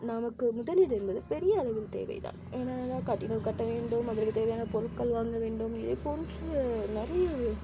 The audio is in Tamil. நமக்கு முதலீடு என்பது பெரிய அளவில் தேவை தான் ஆனால் கட்ட வேண்டும் அதற்கு தேவையான பொருட்கள் வாங்க வேண்டும் இதை போன்று நிறைய